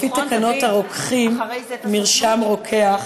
לפי תקנות הרוקחים (מרשם רוקח),